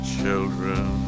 children